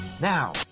now